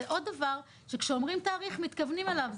ועוד דבר, שכשאומרים תאריך מתכוונים אליו.